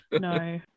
No